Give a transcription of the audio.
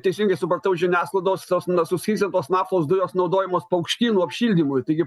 teisingai supratau iš žiniasklaidos tos suskystintos naftos dujos naudojamos paukštynų apšildymui taigi